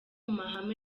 mahame